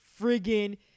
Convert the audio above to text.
friggin